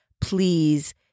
please